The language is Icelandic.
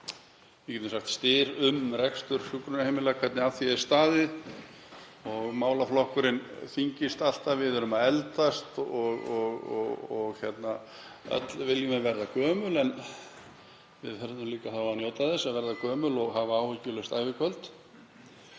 verið mikill styr um rekstur hjúkrunarheimila, hvernig að þeim er staðið, og málaflokkurinn þyngist alltaf. Við erum að eldast og öll viljum við verða gömul, en við verðum líka að fá að njóta þess að verða gömul og hafa áhyggjulaust ævikvöld.